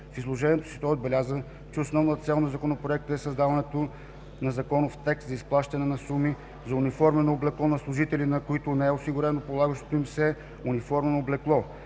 В изложението си той отбеляза, че основна цел на Законопроекта е създаването на законов текст за изплащане на суми за униформено облекло на служители, на които не е осигурено полагащото им се униформено облекло.